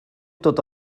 dod